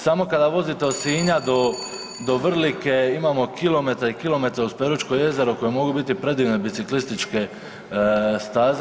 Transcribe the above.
Samo kada vozite od Sinja do Vrlike imamo kilometre i kilometre uz Peručko jezero koje mogu biti predivne biciklističke staze.